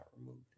removed